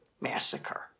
massacre